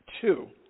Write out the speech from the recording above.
Two